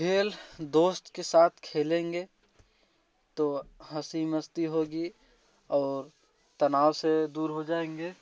खेल दोस्त के साथ खेलेंगे तो हंसी मस्ती होगी और तनाव से दूर हो जाएँगे